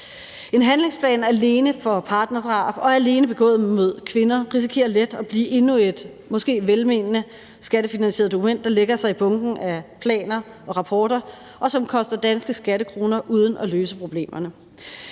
En handlingsplan alene for partnerdrab og alene for partnerdrab begået mod kvinder risikerer let at blive endnu et måske velmenende skattefinansieret dokument, der lægger sig i bunken af planer og rapporter, og som koster danske skattekroner uden at løse problemerne.